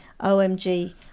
OMG